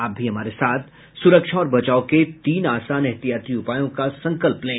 आप भी हमारे साथ सुरक्षा और बचाव के तीन आसान एहतियाती उपायों का संकल्प लें